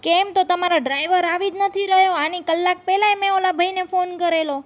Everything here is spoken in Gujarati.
કેમ તો તમારો ડ્રાઈવર આવી જ નથી રહ્યો આની કલાક પહેલાં ય મેં પેલા ઓલા ભાઈને ફોન કરેલો